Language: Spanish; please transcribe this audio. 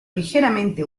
ligeramente